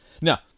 Now